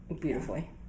beautifully